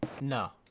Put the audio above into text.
no